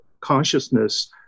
consciousness